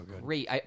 great